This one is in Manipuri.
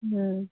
ꯎꯝ